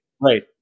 Right